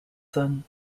son